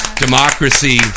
democracy